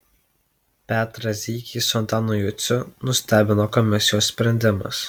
petrą ziekį su antanu juciu nustebino komisijos sprendimas